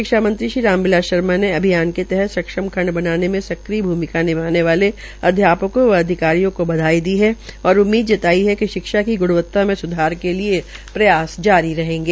शिक्षा मंत्री श्री राम बिलास शर्मा ने अभियान के तहत खंड बनाने में सक्रिय भुमिका निभाने वाले अध्यापकों व अधिकारियों को बधाई दी और उम्मीद जताई है कि शिक्षा की ग्णवता में सुधार के लिए प्रयास जारी रहेंगे